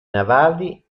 navali